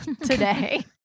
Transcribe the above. today